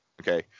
Okay